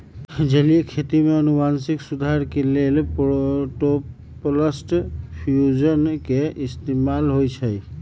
जलीय खेती में अनुवांशिक सुधार के लेल प्रोटॉपलस्ट फ्यूजन के इस्तेमाल होई छई